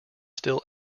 still